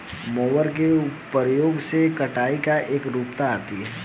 mower के प्रयोग से कटाई में एकरूपता आती है